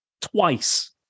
Twice